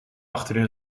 achterin